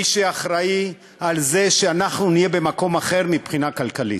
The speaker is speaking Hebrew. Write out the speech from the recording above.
מי שאחראי לזה שאנחנו נהיה במקום אחר מבחינה כלכלית.